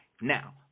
now